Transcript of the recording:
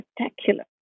spectacular